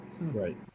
Right